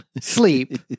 sleep